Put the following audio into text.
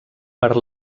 per